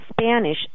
Spanish